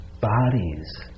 bodies